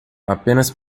apenas